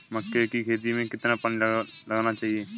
मक्के की खेती में कितना पानी लगाना चाहिए?